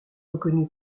reconnu